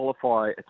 qualify